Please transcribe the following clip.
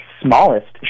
smallest